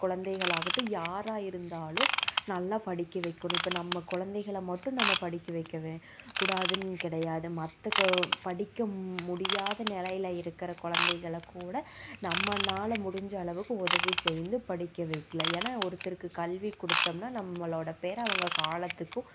குழந்தைகளாகட்டும் யாராக இருந்தாலும் நல்லா படிக்க வைக்கணும் இப்போ நம்ம குழந்தைங்களை மட்டும் நம்ம படிக்க வைக்க கூடாதுன்னு கிடையாது மற்ற படிக்க முடியாத நிலையில இருக்கிற குழந்தைங்களை கூட நம்மளால முடிஞ்ச அளவுக்கு உதவி செய்து படிக்க வைக்கலாம் ஏன்னா ஒருத்தருக்கு கல்வி குடுத்தோம்னா நம்மளோட பேரை அவங்க காலத்துக்கும்